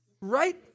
Right